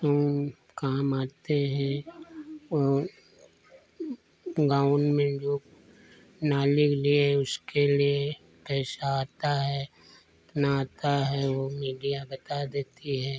जऊन काम आते हैं वह गाँव में जो नाली के लिए उसके लिए पैसा आता है कितना आता है वह मीडिया बता देती है